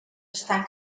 estan